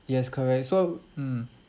yes correct so mm